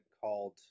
called